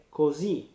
così